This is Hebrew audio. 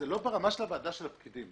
אבל בוועדה יושבים פקידים.